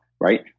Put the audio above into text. right